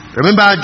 Remember